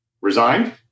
resigned